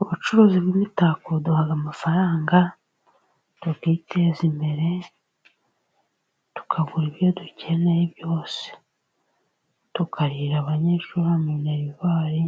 Ubucuruzi bw'imitako buduha amafaranga tukiteza imbere, tukagura ibyo dukeneye byose, tukarihira abanyeshuri minerivare.